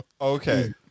Okay